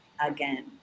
again